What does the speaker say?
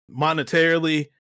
monetarily